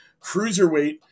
cruiserweight